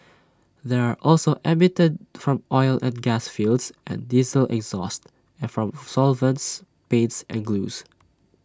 they are also emitted from oil and gas fields and diesel exhaust and from solvents paints and glues